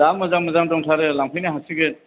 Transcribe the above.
दा मोजां मोजां दंथारो लांफैनो हासिगोन